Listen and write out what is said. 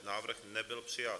Návrh nebyl přijat.